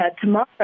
Tomorrow